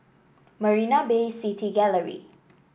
Marina Bay City Gallery